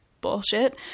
bullshit